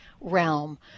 realm